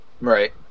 Right